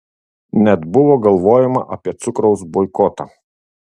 net buvo galvojama apie cukraus boikotą